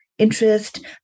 interest